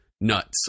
nuts